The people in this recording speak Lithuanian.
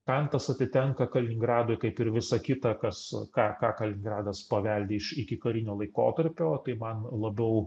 kantas atitenka kaliningradui kaip ir visa kita kas ką ką kaliningradas paveldi iš ikikarinio laikotarpio tai man labiau